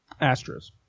Astros